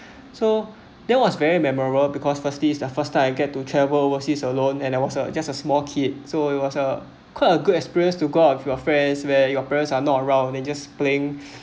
so that was very memorable because firstly it's the first time I get to travel overseas alone and I was just a small kid so it was a quite a good experience to go out with your friends where your parents are not around they just playing